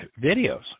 videos